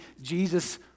Jesus